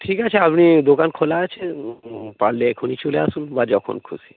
ঠিক আছে আপনি দোকান খোলা আছে পারলে এখুনি চলে আসুন বা যখন খুশি